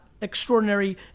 extraordinary